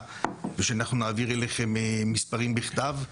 ושאנחנו נעביר אליכם מספרים בכתב.